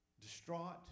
distraught